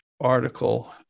article